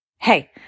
Hey